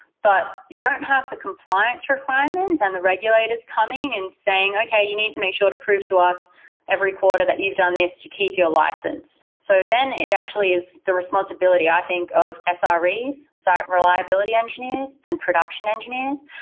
but you don't have the compliance requirements and the regulators coming and saying, okay. you need to make sure to prove to us every quarter that you've done this to keep your license. so then it actually is the responsibility, i think, of ah sres, site reliability engineering and production engineering,